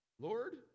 Lord